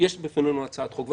יש בפנינו הצעת חוק.